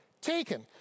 Taken